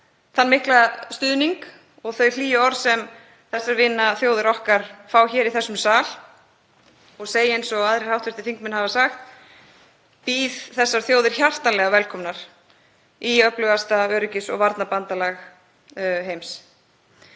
þann mikla stuðning og þau hlýju orð sem þessar vinaþjóðir okkar fá hér í þessum sal og segi eins og aðrir hv. þingmenn hafa sagt: Ég býð þessar þjóðir hjartanlega velkomnar í öflugasta öryggis- og varnarbandalag heims.